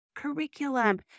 curriculum